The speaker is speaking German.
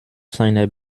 seiner